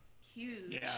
huge